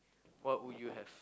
what would you have